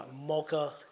mocha